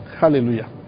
Hallelujah